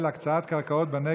מי נגד?